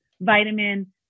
vitamin